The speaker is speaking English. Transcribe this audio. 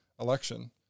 election